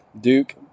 Duke